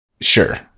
Sure